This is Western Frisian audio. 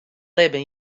libben